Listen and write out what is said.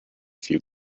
few